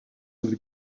with